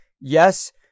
Yes